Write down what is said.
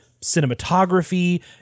cinematography